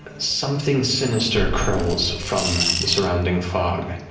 something sinister curls from the surrounding fog.